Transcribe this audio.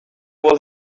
will